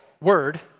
word